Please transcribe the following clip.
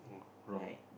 wrong